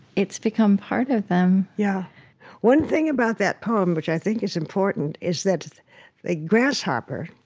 it's become part of them yeah one thing about that poem, which i think is important, is that the grasshopper